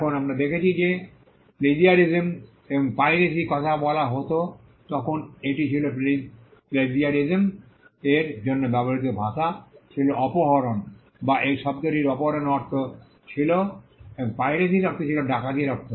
এখন আমরা দেখেছি যে যখন প্লেজিয়ারিজম এবং পাইরেসি কথা বলা হত তখন এটি ছিল প্লেজিয়ারিজম -এর জন্য ব্যবহৃত ভাষা ছিল অপহরণ বা এই শব্দটির অপহরণের অর্থ ছিল এবং পাইরেসির অর্থ ছিল ডাকাতির অর্থ